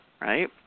right